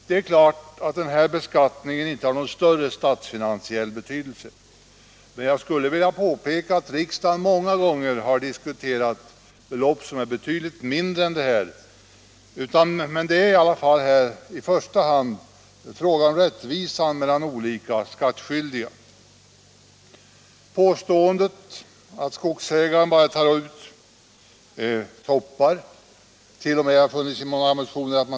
Det är klart att den här beskattningen inte har någon större statsfinansiell betydelse, men jag skulle vilja påpeka att riksdagen många gånger har diskuterat belopp som är betydligt mindre än vad det rör sig om här. Det är i första hand fråga om rättvisan mellan olika skattskyldiga. Påståendet att skogsägaren bara tar ut toppar, enligt många motioner t.